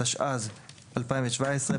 התשע"ז-2017,